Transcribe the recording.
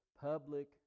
public